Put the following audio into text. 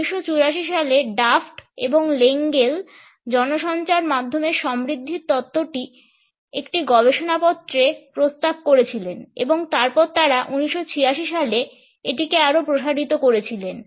1984 সালে ডাফ্ট এবং লেঙ্গেল জনসঞ্চার মাধ্যমের সমৃদ্ধির তত্ত্বটি একটি গবেষণাপত্রে প্রস্তাব করেছিলেন এবং তারপর তারা 1986 সালে এটিকে আরও প্রসারিত করেছিলেন